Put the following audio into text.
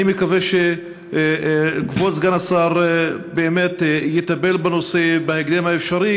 אני מקווה שכבוד סגן השר באמת יטפל בנושא בהקדם האפשרי,